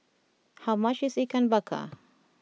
how much is Ikan Bakar